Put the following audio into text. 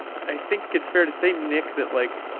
i think it's fair to say, nick, that, like,